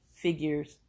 figures